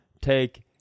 take